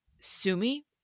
sumi